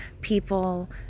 people